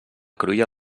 cruïlla